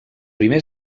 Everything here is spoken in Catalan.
primer